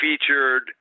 featured